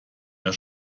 der